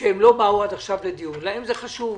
לא באו עד עכשיו לדיון, להן זה חשוב.